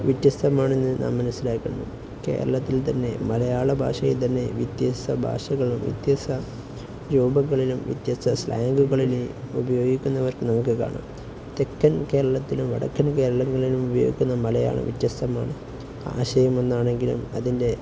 വ്യത്യസ്തമാണെന്ന് നാം മനസ്സിലാക്കാക്കുന്നു കേരളത്തിൽ തന്നെ മലയാള ഭാഷയിൽ തന്നെ വ്യത്യസ്ത ഭാഷകളും വ്യത്യസ്ത രൂപങ്ങളിലും വ്യത്യസ്ത സ്ലാങ്ങുകളും ഉപയോഗിക്കുന്നവരെ നമുക്ക് കാണാം തെക്കൻ കേരളത്തിലും വടക്കൻ കേരളത്തിലും ഉപയോഗിക്കുന്ന മലയാളം വ്യത്യസ്തമാണ് ആശയം ഒന്നാണെങ്കിലും അതിൻ്റെ